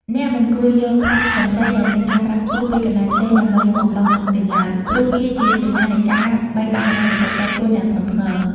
អ្នកមិនគួរយក "ប្រាក់កម្ចីដែលមានការប្រាក់ខ្ពស់" ពីកន្លែងផ្សេង ដើម្បីមកបង់តុងទីនឡើយ ព្រោះវាជាសញ្ញានៃការបែកបាក់ហិរញ្ញវត្ថុផ្ទាល់ខ្លួនយ៉ាងធ្ងន់ធ្ងរ។